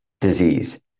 disease